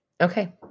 Okay